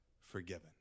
forgiven